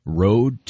road